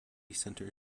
center